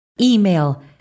email